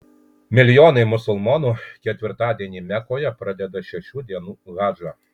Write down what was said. milijonai musulmonų ketvirtadienį mekoje pradeda šešių dienų hadžą